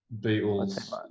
Beatles